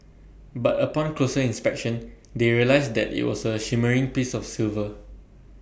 but upon closer inspection they realised that IT was A shimmering piece of silver